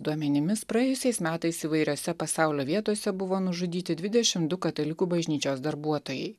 duomenimis praėjusiais metais įvairiose pasaulio vietose buvo nužudyti dvidešim du katalikų bažnyčios darbuotojai